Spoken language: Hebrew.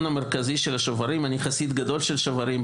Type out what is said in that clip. המרכזי של השוברים אני חסיד גדול של שוברים,